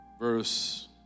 verse